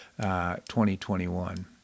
2021